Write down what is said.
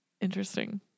Interesting